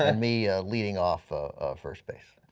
enemy leading off first base.